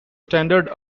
standard